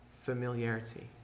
familiarity